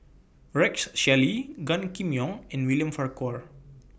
Rex Shelley Gan Kim Yong and William Farquhar